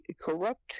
corrupt